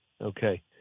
Okay